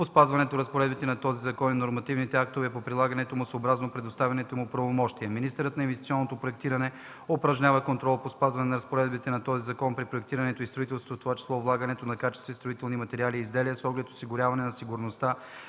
по спазването на разпоредбите на този закон и на нормативните актове по прилагането му съобразно предоставените му правомощия. Министърът на инвестиционното проектиране упражнява контрол по спазването на разпоредбите на този закон при проектирането и строителството, в това число влагането на качествени строителни материали и изделия с оглед осигуряването на сигурността,